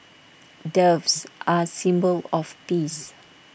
doves are A symbol of peace